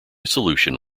solution